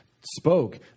spoke